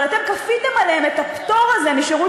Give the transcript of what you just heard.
אבל אתם כפיתם עליהן את הפטור הזה משירות